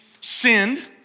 sinned